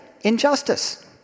injustice